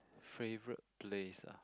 favourite place ah